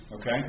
Okay